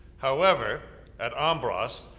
however, at ambras,